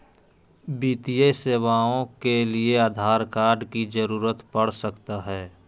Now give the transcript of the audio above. वित्तीय सेवाओं के लिए आधार कार्ड की जरूरत पड़ सकता है?